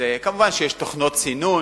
כמובן יש תוכנות סינון,